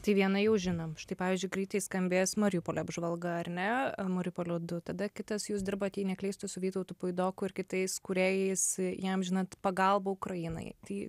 tai vieną jau žinom štai pavyzdžiui greitai skambės mariupolio apžvalga ar ne mariupolio du tada kitas jūs dirbot jei neklystu su vytautu puidoku ir kitais kūrėjais įamžinant pagalbą ukrainai tai